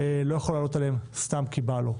לא יכול לעלות עליהם סתם כי בא לו,